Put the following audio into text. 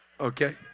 Okay